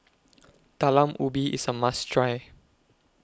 Talam Ubi IS A must Try